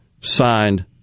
signed